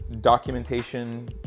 documentation